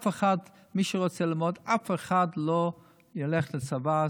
מי שרוצה ללמוד, אף אחד לא ילך לצבא.